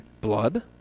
blood